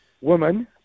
woman